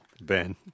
Ben